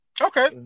Okay